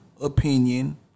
Opinion